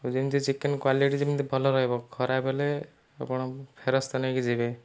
ଯେମିତି chicken quality ଯେମିତି ଭଲ ରହିବ ଖରାପ ହେଲେ ଆପଣ ଫେରସ୍ତ ନେଇକି ଯିବେ